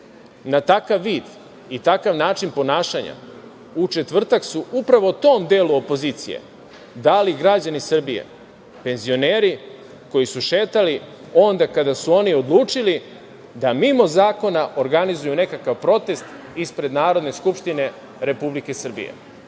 na takav vid i takav način ponašanja u četvrtak su upravo tom delu opozicije dali građani Srbije, penzioneri koji su šetali onda kada su oni odlučili da mimo zakona organizuju nekakav protest ispred Narodne skupštine Republike Srbije.